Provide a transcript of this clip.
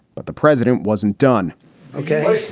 but the president wasn't done okay,